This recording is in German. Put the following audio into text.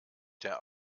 der